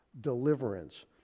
deliverance